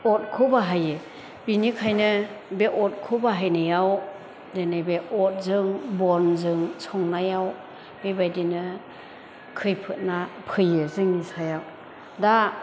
अदखौ बाहायो बिनिखायनो बे अदखौ बाहायनायाव दिनै बे अदजों बनजों संनायाव बेबायदिनो खैफोदना फैयो जोंनि सायाव दा